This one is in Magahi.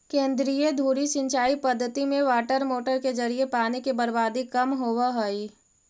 केंद्रीय धुरी सिंचाई पद्धति में वाटरमोटर के जरिए पानी के बर्बादी कम होवऽ हइ